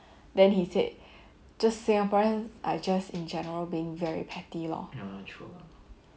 then he said just singaporean are just in general being very petty lor